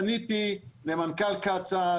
פניתי למנכ"ל קצא"א,